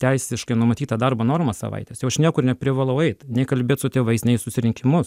teisiškai numatyta darbo norma savaitės jau aš niekur neprivalau eit nei kalbėt su tėvais nei į susirinkimus